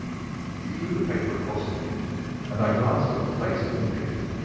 he threw the paper across to me and i glanced at the place indicated.